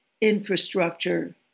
infrastructure